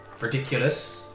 ridiculous